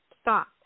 stop